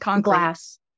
glass